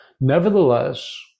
nevertheless